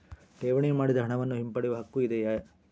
ಠೇವಣಿ ಮಾಡಿದ ಹಣವನ್ನು ಹಿಂಪಡೆಯವ ಹಕ್ಕು ಇದೆಯಾ?